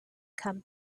come